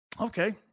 Okay